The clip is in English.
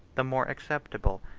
the more acceptable,